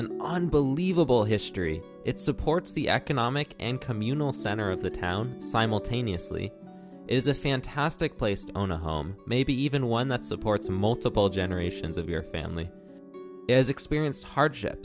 an unbelievable history it supports the economic and communal center of the town simultaneously is a fantastic place to own a home maybe even one that supports multiple generations of your family as experience hardship